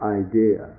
idea